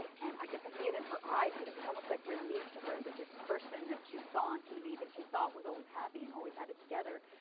and i could see it in her eyes that it was almost like relief to her that this person that she saw on tv, that she thought was always happy and always had it together,